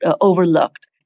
overlooked